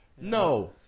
No